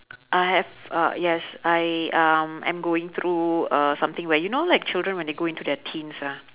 I have a yes I um am going through a something where you know like children when they go into their teens ah